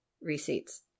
receipts